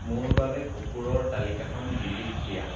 মোৰ বাবে কুকুৰৰ তালিকাখন ডিলিট দিয়া